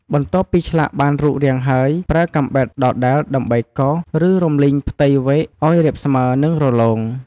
បន្ទាប់ពីឆ្លាក់បានរូបរាងហើយ ប្រើកាំបិតដដែលដើម្បីកោស ឬរំលីងផ្ទៃវែកឱ្យរាបស្មើ និងរលោង។